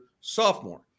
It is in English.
sophomore